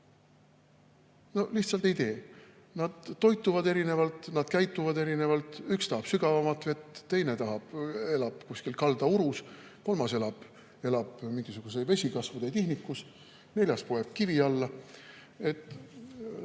No lihtsalt ei tee. Nad toituvad erinevalt, nad käituvad erinevalt. Üks tahab sügavamat vett, teine elab kuskil kaldaurus, kolmas elab vesikasvude tihnikus, neljas poeb kivi alla.